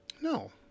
No